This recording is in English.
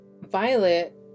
Violet